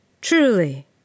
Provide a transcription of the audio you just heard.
Truly